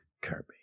Kirby